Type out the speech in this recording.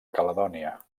caledònia